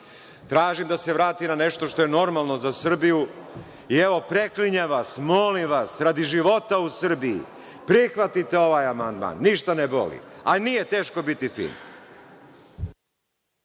tražim da se vrati na nešto što je normalno za Srbiju. Evo, preklinjem vas, molim vas, radi života u Srbiji, prihvatite ovaj amandman, ništa ne boli, a nije teško biti fin.